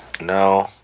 No